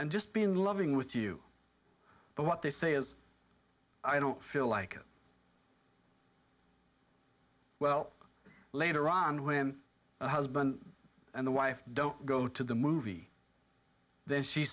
and just been loving with you but what they say is i don't feel like well later on when the husband and the wife don't go to the movie then she